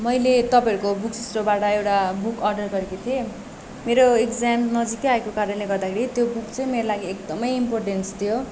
मैले तपाईँहरूको बुक स्टोरबाट एउटा बुक अर्डर गरेको थिएँ मेरो इकज्याम नजिकै आएको कारणले गर्दाखेरि त्यो बुक चाहिँ मेरो लागि एकदमै इम्पोर्टेन्स थियो